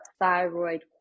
thyroid